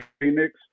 Phoenix